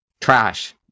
trash